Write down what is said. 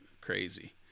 Crazy